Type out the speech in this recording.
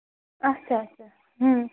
اَچھا اَچھا